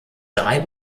drei